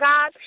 God